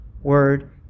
Word